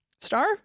star